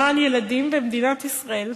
למען ילדים במדינת ישראל,